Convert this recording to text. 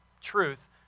truth